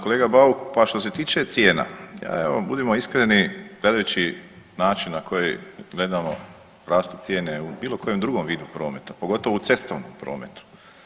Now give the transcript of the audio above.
Kolega Bauk, pa što se tiče cijena, ja evo budimo iskreni gledajući način na koji gledamo rastu cijene u bilo kojem drugom vidu prometa pogotovo u cestovnom prometu.